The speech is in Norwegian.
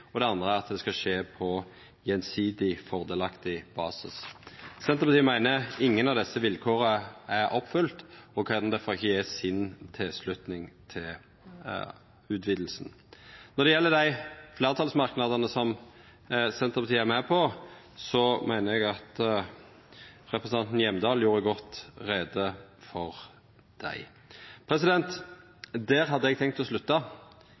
Det andre er at det skal skje på gjensidig fordelaktig basis. Senterpartiet meiner at ingen av desse vilkåra er oppfylte, og kan difor ikkje slutta seg til utvidinga. Når det gjeld dei fleirtalsmerknadene som Senterpartiet er med på, meiner eg at representanten Hjemdal gjorde godt greie for dei. Der hadde eg tenkt å slutta,